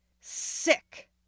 Sick